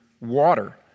water